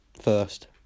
first